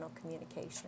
communication